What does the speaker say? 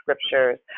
scriptures